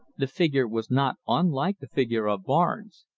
the figure was not unlike the figure of barnes,